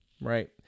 right